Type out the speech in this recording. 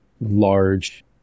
large